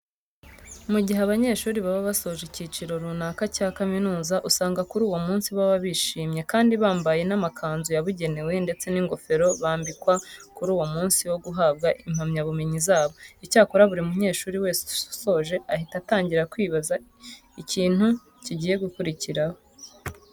Mu gihe abanyeshuri baba basoje icyiciro runaka cya kaminuza, usanga kuri uwo munsi baba bishimye kandi bambaye n'amakanzu yabugenewe ndetse n'ingofero bambikwa kuri uwo munsi wo guhabwa impamyabumunyi zabo. Icyakora buri munyeshuri wese usoje ahita atangira kwibaza ikintu kigiye gukurikiraho.